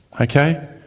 okay